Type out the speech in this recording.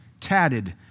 tatted